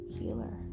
healer